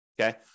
Okay